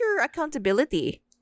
accountability